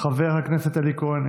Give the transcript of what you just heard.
חבר הכנסת אלי כהן,